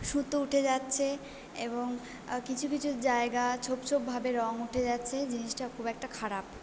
সুতো উঠে যাচ্ছে এবং কিছু কিছু জায়গা ছোপ ছোপভাবে রঙ উঠে যাচ্ছে জিনিসটা খুব একটা খারাপ